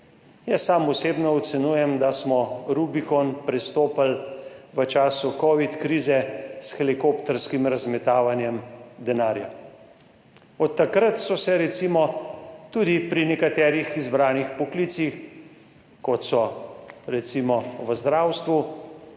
Jaz osebno ocenjujem, da smo rubikon prestopili v času covid krize s helikopterskim razmetavanjem denarja. Od takrat se je recimo tudi nekaterim izbranim poklicem, kot so recimo v zdravstvu,